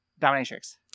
Dominatrix